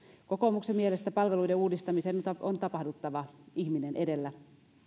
kokoomuksen mielestä palveluiden uudistamisen on tapahduttava ihminen edellä